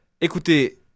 écoutez